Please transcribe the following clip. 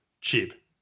Cheap